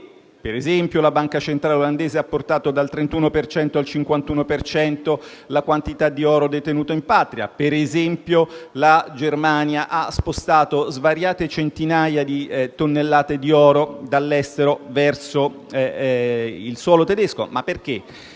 esempio, la banca centrale olandese ha portato dal 31 per cento al 51 per cento la quantità di oro detenuto in patria e, per esempio, scoprirete che la Germania ha spostato svariate centinaia di tonnellate di oro dall'estero verso il suolo tedesco. Quando